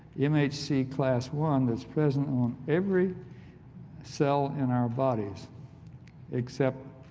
mhc class one that's present on every cell in our bodies except